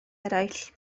eraill